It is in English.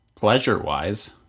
Pleasure-wise